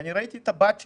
ראיתי את הבת שלי,